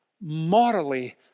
morally